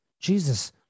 Jesus